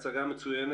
צחי.